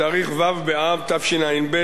בתאריך ו' באב תשע"ב,